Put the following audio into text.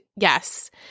Yes